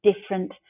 different